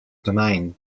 domain